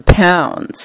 pounds